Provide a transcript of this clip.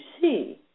see